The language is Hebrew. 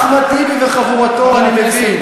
אחמד טיבי וחבורתו, אני מבין.